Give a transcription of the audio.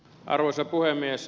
arvoisa puhemies